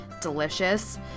delicious